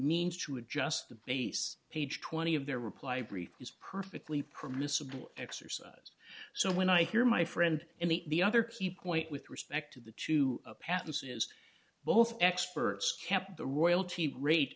means to have just the base page twenty of their reply brief is perfectly permissible exercise so when i hear my friend in the other key point with respect to the two patents is both experts kept the royalty rate